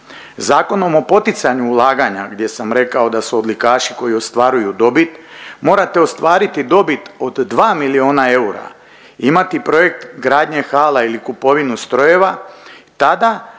Zakonom o poticanju ulaganja gdje sam rekao da su odlikaši koji ostvaruju dobit morate ostvariti dobit od 2 miliona eura, imati projekt gradnje hala ili kupovinu strojeva i tada